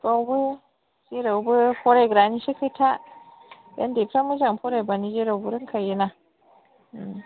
बावबो जेरावबो फरायग्रानिसो खोथा ओन्दैफ्रा मोजां फरायबानो जेरावबो रोंखायोना